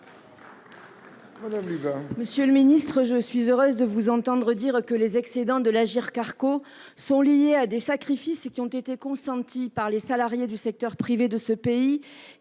Monsieur le ministre, je suis heureuse de vous entendre dire que les excédents de l’Agirc Arrco sont liés à des sacrifices qui ont été consentis par les salariés du secteur privé de notre pays